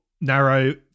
narrow